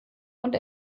und